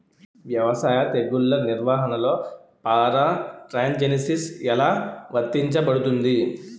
వ్యవసాయ తెగుళ్ల నిర్వహణలో పారాట్రాన్స్జెనిసిస్ఎ లా వర్తించబడుతుంది?